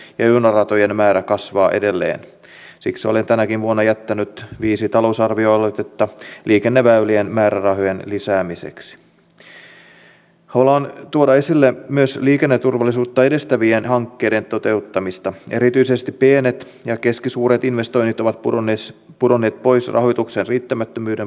olen ollut mukana monissa tiedotusoperaatioissa mutta en tiedä olenko koskaan onnistunut näin huonosti kuin te edustaja arhinmäki ja te edustaja niinistö onnistuitte siinä viestissä että tässä ei ole kyse stubbista ei ole kyse stubbin lausunnosta vaan paljon paljon laajemmasta asiasta